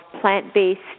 plant-based